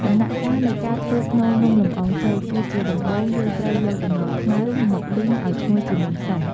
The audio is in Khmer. ដំណាក់កាលនៃការធ្វើស្នូលនំលម្អងចេក គឺជាដំបូងយើងត្រូវយកល្ងខ្មៅមកលីងឱ្យឈ្ងុយជាមុនសិន។